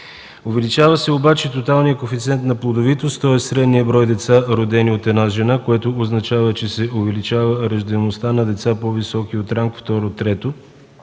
Увеличава се обаче тоталният коефициент на плодовитост, тоест средният брой деца, родени от една жена. Това означава, че се увеличава раждаемостта на децата по-висока от ранг –